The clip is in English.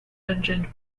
engined